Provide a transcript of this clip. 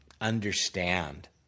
understand